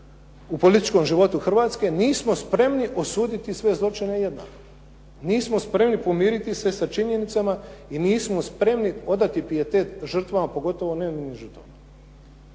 u političkom životu Hrvatske, nismo spremni osuditi sve zločine jednako. Nismo spremni pomiriti se sa činjenicama i nismo spremni odati pijetet žrtvama, pogotovo nevinim žrtvama.